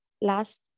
last